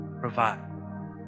provide